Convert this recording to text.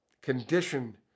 condition